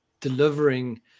delivering